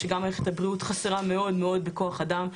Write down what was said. גם מערכת הבריאות חסרה מאוד בכוח אדם.